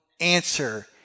answer